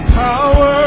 power